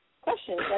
questions